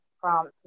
France